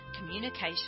communication